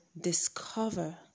discover